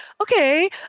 okay